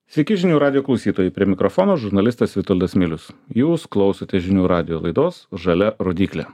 sveiki žinių radijo klausytojai prie mikrofono žurnalistas vitoldas milius jūs klausote žinių radijo laidos žalia rodyklė